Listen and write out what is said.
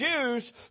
Jews